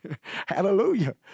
Hallelujah